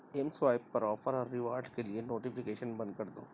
M swipe پر offer اور reward کے لیے نوٹیفیکیشن بند کر دو